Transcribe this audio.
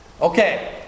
Okay